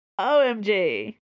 OMG